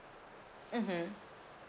mmhmm